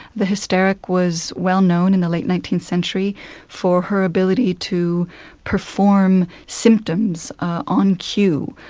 the hysteric was well known in the late nineteenth century for her ability to perform symptoms ah on cue.